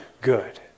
good